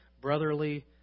brotherly